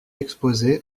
exposé